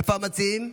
איפה המציעים?